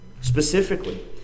Specifically